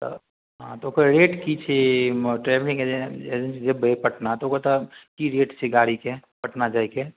तऽ हँ तऽ ओकर रेट कि छै ट्रेवलिन्ग ए एजेन्सीसँ जएबै पटना तऽ ओकर तऽ कि रेट छै गाड़ीके पटना जाइके